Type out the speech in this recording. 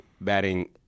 batting